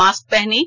mask पहनें